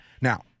Now